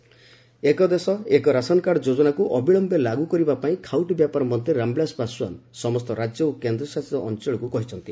one nation one ration ଏକ ଦେଶ ଏକ ରାସନକାର୍ଡ ଯୋଜନାକୁ ଅବିଳୟେ ଲାଗୁ କରିବା ପାଇଁ ଖାଉଟି ବ୍ୟାପାର ମନ୍ତ୍ରୀ ରାମବିଳାସ ପାଶ୍ୱାନ ସମସ୍ତ ରାଜ୍ୟ ଓ କେନ୍ଦ୍ରଶାସିତ ଅଞ୍ଚଳକୁ କହିଛନ୍ତି